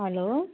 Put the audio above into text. hello